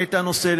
את הנושא.